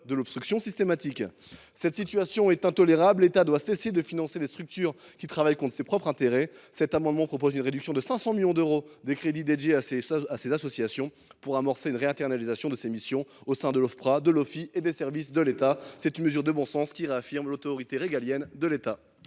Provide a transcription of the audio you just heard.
d’une obstruction systématique. Cette situation est intolérable ! L’État doit cesser de financer les structures qui travaillent contre ses propres intérêts. Nous proposons donc, par cet amendement, de réduire de 500 millions d’euros les crédits consacrés à ces associations pour amorcer une réinternalisation de leurs missions au sein de l’Ofpra, de l’Ofii et des services de l’État. C’est une mesure de bon sens, qui vise à réaffirmer l’autorité régalienne de l’État.